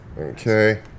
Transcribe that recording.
Okay